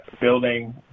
Building